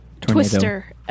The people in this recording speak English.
twister